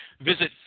visit